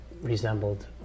resembled